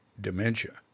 dementia